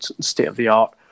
state-of-the-art